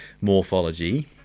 morphology